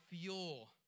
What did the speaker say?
fuel